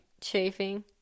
Chafing